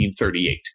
1938